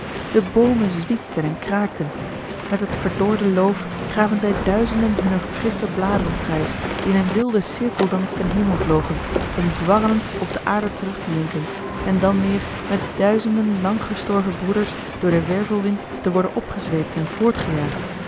de boomen zwiepten en kraakten met het verdorde loof gaven zij duizenden hunner frissche bladeren prijs die in een wilden cirkeldans ten hemel vlogen om dwarrelend op de aarde terugtezinken en dan weer met duizenden lang gestorven broeders door den wervelwind te worden opgezweept en